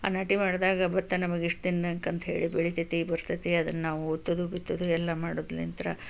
ಆ ನಾಟಿ ಮಾಡಿದಾಗ ಭತ್ತ ನಮಗೆ ಇಷ್ಟು ದಿನಕ್ಕೆ ಅಂತ ಹೇಳಿ ಬೆಳೀತೈತಿ ಬರ್ತೈತಿ ಅದನ್ನು ನಾವು ಉತ್ತೋದು ಬಿತ್ತೋದು ಎಲ್ಲ ಮಾಡೋದ್ಲಿಂತ್ರ